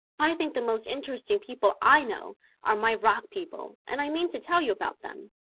i think the most interesting people i know are my rock people and i mean to tell you about them.